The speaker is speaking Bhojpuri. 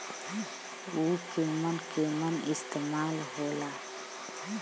उव केमन केमन इस्तेमाल हो ला?